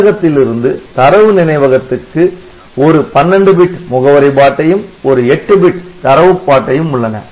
செயலகத்திலிருந்து தரவு நினைவகத்துக்கு ஒரு 12 பிட் முகவரி பாட்டையும் ஒரு 8 பிட் தரவுப் பாட்டையும் உள்ளன